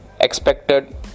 expected